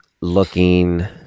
looking